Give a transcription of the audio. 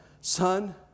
son